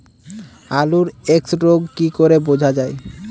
আলুর এক্সরোগ কি করে বোঝা যায়?